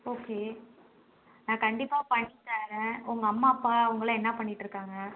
okay நான் கண்டிப்பாக பண்ணித் தரேன் உங்கள் அம்மா அப்பா அவங்களெலாம் என்ன பண்ணிகிட்டுருக்காங்க